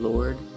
Lord